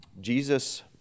Jesus